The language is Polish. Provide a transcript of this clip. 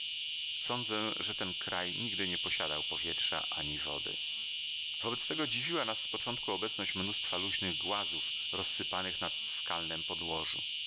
sądzę też że ten kraj nigdy nie posiadał powietrza ani wody wobec tego dziwiła nas z początku obecność mnóstwa luźnych głazów rozsypanych na skalnem podłożu